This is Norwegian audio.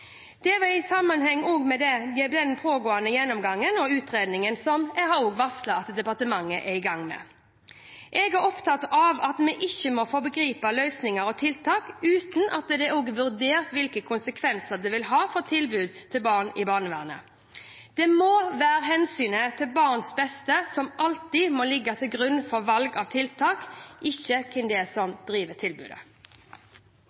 i sammenheng med den gjennomgangen og utredningen som jeg har varslet at departementet er i gang med. Jeg er opptatt av at vi ikke nå foregriper løsninger og tiltak uten at det er vurdert hvilke konsekvenser det vil ha for tilbudet til barn i barnevernet. Hensynet til barnets beste må alltid ligge til grunn for valg av tiltak, ikke hvem som driver tilbudet. Det blir replikkordskifte. Halvparten av de 20 barnevernsselskapene som